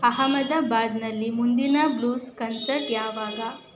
ಅಹಮದಾಬಾದ್ನಲ್ಲಿ ಮುಂದಿನ blues concert ಯಾವಾಗ